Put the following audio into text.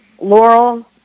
Laurel